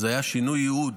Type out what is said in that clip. היה שינוי ייעוד